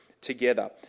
together